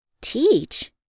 Teach